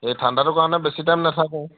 এই ঠাণ্ডাটোৰ কাৰণে বেছি টাইম নাথাকো